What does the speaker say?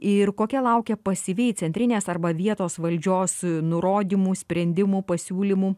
ir kokia laukia pasyviai centrinės arba vietos valdžios nurodymų sprendimų pasiūlymų